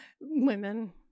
Women